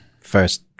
first